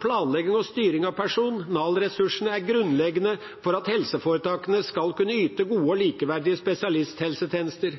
planlegging og styring av personalressursene er grunnleggende for at helseforetakene skal kunne yte gode og likeverdige spesialisthelsetjenester.